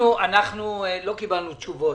אנחנו לא קיבלנו תשובות.